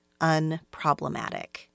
unproblematic